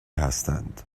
هستند